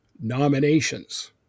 nominations